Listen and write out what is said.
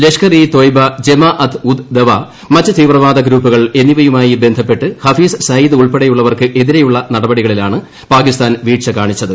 Lashkar e Taiba Jamaat ud Dawa മറ്റ് തീവ്രവാദ ഗ്രൂപ്പുകൾ എന്നിവയുമായി ബന്ധപ്പെട്ട് ഹഫീസ് സയിദ് ഉൾപ്പെടെയുള്ളവർക്ക് എതിരെയുള്ള നടപടികളിലാണ് പാകിസ്ഥാൻ വീഴ്ച കാണിച്ചത്